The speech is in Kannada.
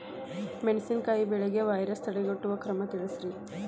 ಮೆಣಸಿನಕಾಯಿ ಬೆಳೆಗೆ ವೈರಸ್ ತಡೆಗಟ್ಟುವ ಕ್ರಮ ತಿಳಸ್ರಿ